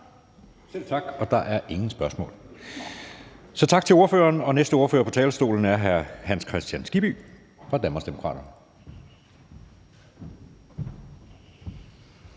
Selv tak. Der er ingen spørgsmål, så tak til ordføreren, og næste ordfører på talerstolen er hr. Hans Kristian Skibby fra Danmarksdemokraterne.